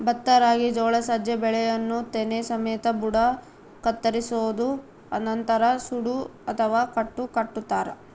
ಭತ್ತ ರಾಗಿ ಜೋಳ ಸಜ್ಜೆ ಬೆಳೆಯನ್ನು ತೆನೆ ಸಮೇತ ಬುಡ ಕತ್ತರಿಸೋದು ನಂತರ ಸೂಡು ಅಥವಾ ಕಟ್ಟು ಕಟ್ಟುತಾರ